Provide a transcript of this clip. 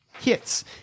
Hits